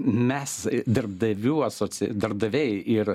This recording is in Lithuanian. mes darbdavių asoci darbdaviai ir